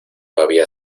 había